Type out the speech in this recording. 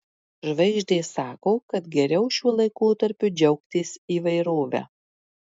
žvaigždės sako kad geriau šiuo laikotarpiu džiaugtis įvairove